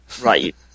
Right